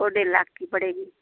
वो डेढ़ लाख की पड़ेगी